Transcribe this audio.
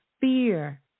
fear